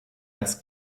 als